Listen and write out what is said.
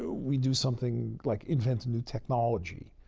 ah we do something like invent a new technology,